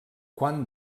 quant